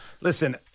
listen